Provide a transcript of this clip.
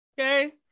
Okay